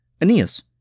Aeneas